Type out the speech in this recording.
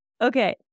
Okay